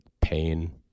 pain